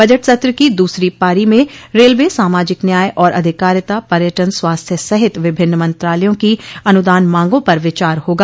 budget सत्र की दूसरी पारी में रेलवे सामाजिक न्याय और अधिकारिता पर्यटन स्वास्थ्य सहित विभिन्न मंत्रालयों की अनुदान मांगों पर विचार होगा